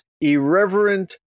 Irreverent